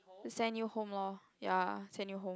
send you home lor ya send you home